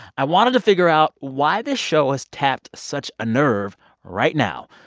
i wanted to figure out why this show has tapped such a nerve right now.